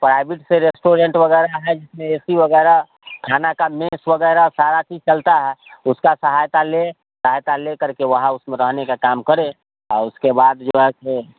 तो प्राइवेट से रेस्टुरेंट वगैरह है ए सी वगैरह खाने का मेस वगैरह सारी चीज़ चलती है उसकी सहायता ले सहायता लेकर के वहाँ उसमें रहने का काम करे आऊ उसके बाद जो है सो